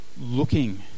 looking